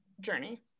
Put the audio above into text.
journey